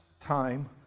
time